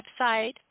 website